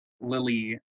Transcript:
Lily